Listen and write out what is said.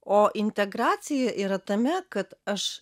o integracija yra tame kad aš